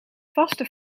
vaste